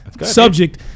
subject